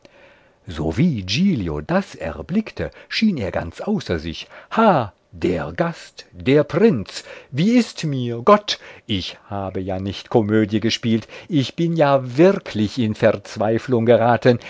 sowie giglio das erblickte schien er ganz außer sich ha der gast der prinz wie ist mir gott ich habe ja nicht komödie gespielt ich bin ja wirklich in verzweiflung geraten